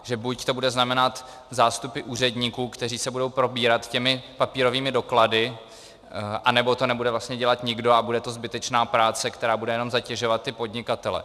Takže buď to bude znamenat zástupy úředníků, kteří se budou probírat těmi papírovými doklady, anebo to nebude vlastně dělat nikdo a bude to zbytečná práce, která bude jenom zatěžovat ty podnikatele.